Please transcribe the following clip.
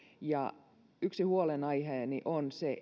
ja yksi huolenaiheeni on se